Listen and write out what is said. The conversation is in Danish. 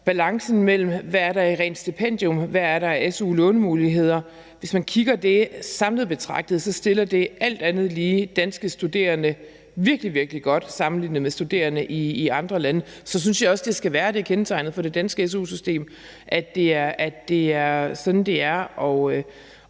balancen mellem, hvad der er i rent stipendium, og hvad der er af su-lånemuligheder, alt andet lige stiller danske studerende virkelig, virkelig godt sammenlignet med studerende i andre lande. Sådan synes jeg også det skal være. Det er kendetegnende for det danske su-system, at det er sådan, det er,